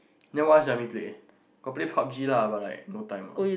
then what else you want me play got play Pub-G lah but like no time ah